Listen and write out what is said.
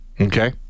Okay